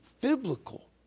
biblical